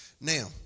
Now